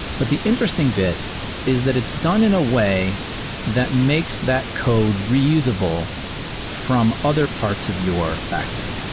but the interesting bit is that it's done in a way that makes that code reusable from other parts of your backend.